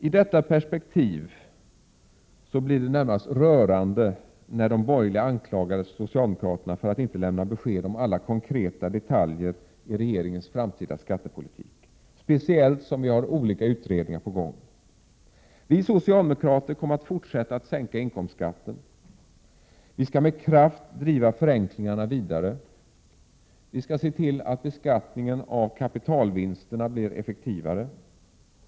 I detta perspektiv blir det närmast rörande när de borgerliga anklagar socialdemokraterna för att inte lämna besked om alla konkreta detaljer i regeringens framtida skattepolitik, speciellt som vi har olika utredningar på gång. Vi socialdemokrater kommer att fortsätta att sänka inkomstskatten. Vi skall med kraft driva förenklingarna vidare. Vi skall se till att beskattningen av kapitalvinsterna blir effektivare.